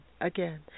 Again